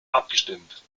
abgestimmt